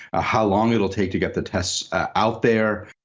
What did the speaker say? ah how long it will take to get the tests out there.